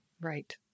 Right